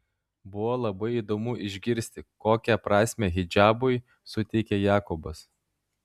buvo labai įdomu išgirsti kokią prasmę hidžabui suteikia jakobas